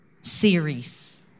series